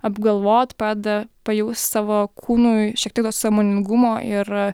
apgalvot padeda pajaust savo kūnui šiek tiek gal sąmoningumo ir